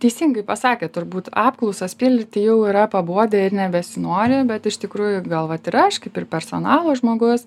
teisingai pasakėt turbūt apklausas pildyti jau yra pabodę ir nebesinori bet iš tikrųjų gal vat ir aš kaip ir personalo žmogus